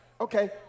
Okay